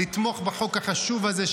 לתמוך בחוק החשוב הזה,